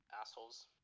assholes